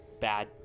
bad